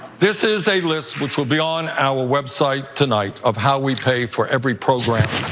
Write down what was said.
this is a list which will be on our website tonight of how we pay for every program